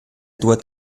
doit